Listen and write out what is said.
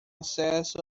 acesso